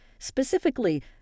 Specifically